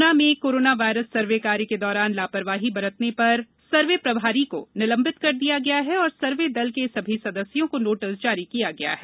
गुना में corona virus survey कार्य के दौरान लापरवाही करने पर सर्वे प्रभारी को निलंबित कर दिया गया है और सर्वे दल के सभी सदस्यों को नोटिस जारी किया गया है